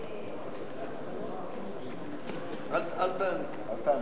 אל תעני.